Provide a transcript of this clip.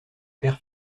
paire